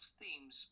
themes